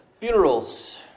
Funerals